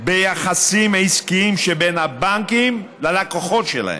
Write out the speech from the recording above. ביחסים העסקיים שבין הבנקים ללקוחות שלהם.